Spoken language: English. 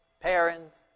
parents